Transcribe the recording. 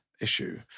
issue